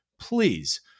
please